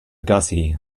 gussie